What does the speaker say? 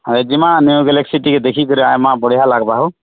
ହଁ ଜିମା new galaxy ଟିକେ ଦେଖିକରି ଆଇମା ବଢ଼ିଆ ଲାଗ୍ବା ହୋ